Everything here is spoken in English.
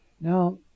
Now